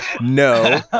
no